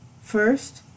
First